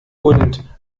und